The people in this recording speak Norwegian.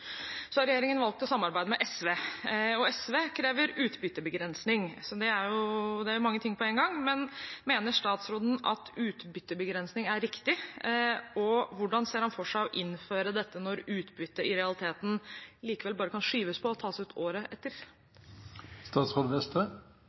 Regjeringen har valgt å samarbeide med SV, og SV krever utbyttebegrensning, så det er mange ting på én gang. Mener statsråden at utbyttebegrensning er riktig, og hvordan ser han for seg å innføre dette når utbytte i realiteten likevel bare kan skyves på og tas ut året etter?